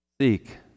seek